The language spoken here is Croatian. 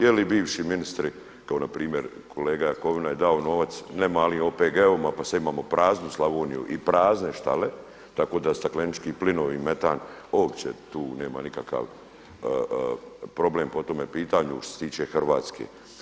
Jel bivši ministri kao npr. kolega Jakovina je dao novac, ne mali OPG-ovima pa sada imamo praznu Slavoniju i prazne štale, tako da staklenički plinovi i metan uopće tu nema nikakav problem po tome pitanju što se tiče Hrvatske.